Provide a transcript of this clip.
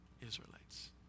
Israelites